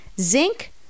Zinc